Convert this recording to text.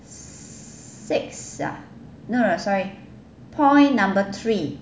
six ah no no no sorry point number three